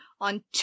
on